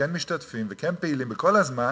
שכן משתתפים וכן פעילים, וכל הזמן,